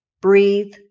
Breathe